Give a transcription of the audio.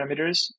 parameters